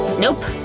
nope,